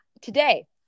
today